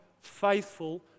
faithful